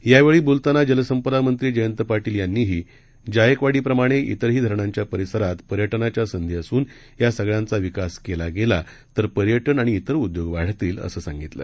यावेळीबोलतानाजलसंपदामंत्रीजयंतपाटीलयांनीहीजायकवाडीप्रमाणेत्ररहीधरणांच्यापरिसरातपर्यटनाच्यासंधीअसूनयासगळ्यांचावि कासकेलागेलातरपर्यटनआणि तिरउद्योगवाढतील असंसांगितलं